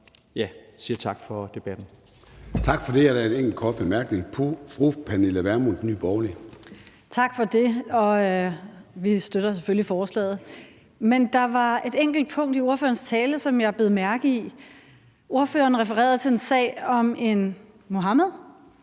en enkelt kort bemærkning fra fru Pernille Vermund, Nye Borgerlige. Kl. 20:46 Pernille Vermund (NB): Tak for det. Vi støtter selvfølgelig forslaget. Men der var et enkelt punkt i ordførerens tale, som jeg bed mærke i. Ordføreren refererede til en sag om en Mohamed,